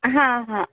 हा हा